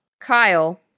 Kyle